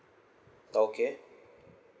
okay